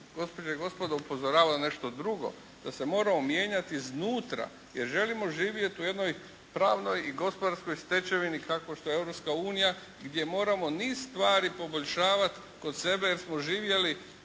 gospođe i gospodo upozorava na nešto drugo, da se moramo mijenjati iznutra jer želimo živjeti u jednoj pravnoj i gospodarskoj stečevini kao što je Europska unija gdje moramo niz stvari poboljšavati kod sebe jer smo živjeli